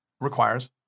requires